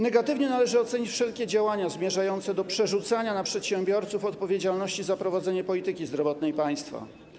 Negatywnie należy ocenić wszelkie działania zmierzające do przerzucenia na przedsiębiorców odpowiedzialności za prowadzenie polityki zdrowotnej państwa.